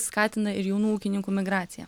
skatina ir jaunų ūkininkų migraciją